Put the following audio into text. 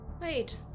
Wait